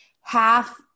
half